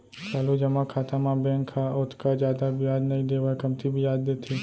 चालू जमा खाता म बेंक ह ओतका जादा बियाज नइ देवय कमती बियाज देथे